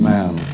Man